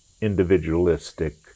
individualistic